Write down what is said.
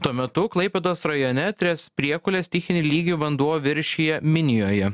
tuo metu klaipėdos rajone tries priekule stichinį lygį vanduo viršija minijoje